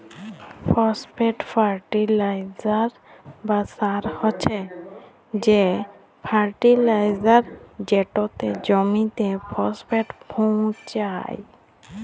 phosphate fertilizer বা সার হছে সে ফার্টিলাইজার যেটতে জমিতে ফসফেট পোঁছায়